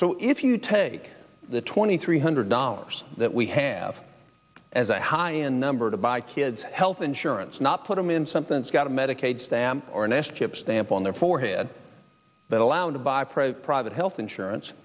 so if you take the twenty three hundred dollars that we have as a high end number to buy kids health insurance not put them in something's got a medicaid stamp or an ash chip stamp on their forehead but allowed to buy private private health insurance